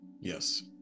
Yes